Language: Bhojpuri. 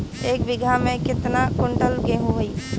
एक बीगहा में केतना कुंटल गेहूं होई?